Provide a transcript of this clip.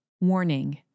Warning